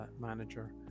manager